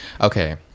Okay